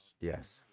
yes